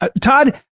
Todd